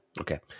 okay